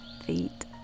feet